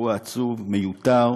אירוע עצוב, מיותר,